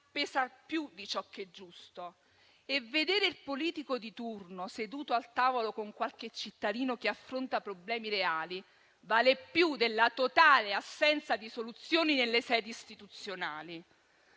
pesa più di ciò che è giusto. E vedere il politico di turno seduto al tavolo con qualche cittadino che affronta problemi reali, vale più della totale assenza di soluzioni nelle sedi istituzionali.